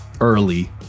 early